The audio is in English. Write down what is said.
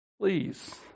Please